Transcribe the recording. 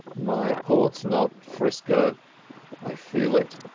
my port's not frisco i feel it.